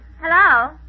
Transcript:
Hello